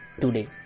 today